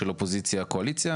של אופוזיציה/קואליציה.